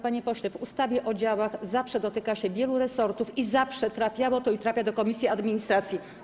Panie pośle, w ustawie o działach zawsze dotyka się spraw wielu resortów i zawsze trafiało to i trafia do komisji administracji.